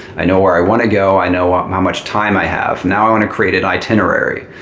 i know where i want to go. i know um how much time i have. now, i want to create an itinerary.